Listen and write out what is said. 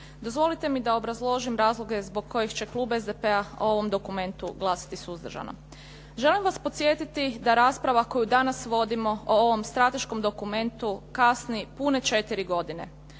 Dozvolite mi da obrazložim razloge zbog kojih će klub SDP-a o ovom dokumentu glasovati suzdržano. Želim vas podsjetiti da rasprava koju danas vodimo o ovom strateškom dokumentu kasni pune četiri godine.